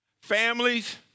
Families